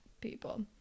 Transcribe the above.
people